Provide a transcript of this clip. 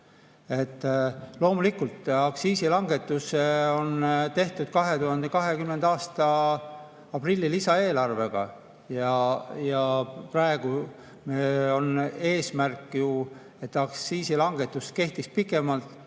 Loomulikult, aktsiisilangetus on tehtud 2020. aasta aprilli lisaeelarvega. Praegu on eesmärk ju, et aktsiisilangetus kehtiks pikemalt,